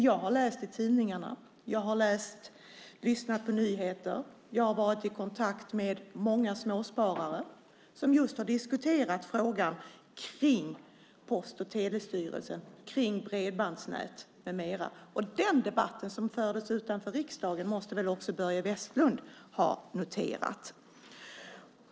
Jag har läst tidningarna, lyssnat på nyheter och varit i kontakt med många småsparare som har diskuterat frågan om Post och telestyrelsen, bredbandsnät med mera. Den debatt som fördes utanför riksdagen måste väl också Börje Vestlund ha noterat.